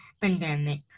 pandemic